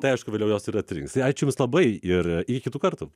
tai aišku vėliau juos ir atrinks tai ačiū jums labai ir iki kitų kartų